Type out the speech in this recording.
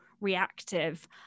reactive